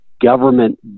government